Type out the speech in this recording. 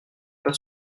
pas